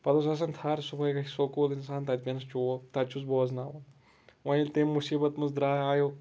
پَتہٕ اوس آسان تھر صبُحٲے گژھِ سکوٗل اِنسان تَتہِ پینس چوب تَتہِ چھُس بوزناوُن وۄنۍ ییٚلہِ تَمہِ مُصیٖبت منٛز دریایو